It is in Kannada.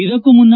ಇದಕ್ಕೂ ಮುನ್ನ